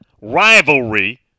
rivalry